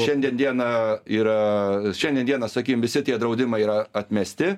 šiandien dieną yra šiandien dieną sakym visi tie draudimai yra atmesti